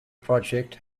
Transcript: project